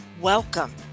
Welcome